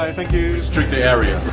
thank you! restricted area.